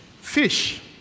Fish